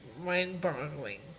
Mind-boggling